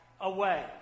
away